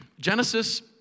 Genesis